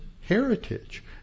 heritage